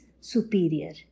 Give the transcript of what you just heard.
superior